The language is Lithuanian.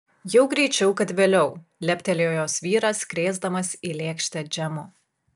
jau greičiau kad vėliau leptelėjo jos vyras krėsdamas į lėkštę džemo